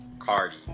cardi